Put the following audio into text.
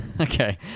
Okay